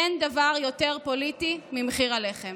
אין דבר יותר פוליטי ממחיר הלחם.